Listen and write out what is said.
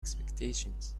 expectations